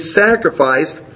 sacrificed